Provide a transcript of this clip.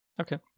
okay